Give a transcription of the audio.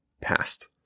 passed